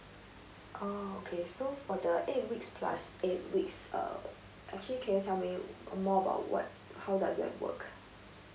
oh okay so for the eight weeks plus eight weeks err actually can you tell me more about what how does it work